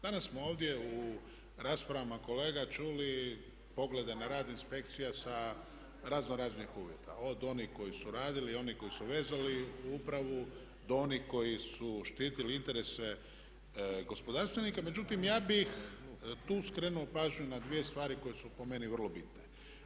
Danas smo ovdje u raspravama kolega čuli poglede na rad inspekcija sa razno raznih uvjeta, od onih koji su radili, onih koji su vezali upravu do onih koji su štitili interese gospodarstvenika, međutim ja bih tu skrenuo pažnju na dvije stvari koje su po meni vrlo bitno.